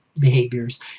behaviors